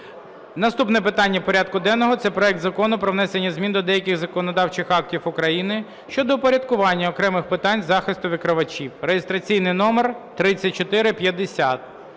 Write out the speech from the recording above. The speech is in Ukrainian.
Наступне питання порядку денного – це проект Закону про внесення змін до деяких законодавчих актів України щодо упорядкування окремих питань захисту викривачів (реєстраційний номер 3450).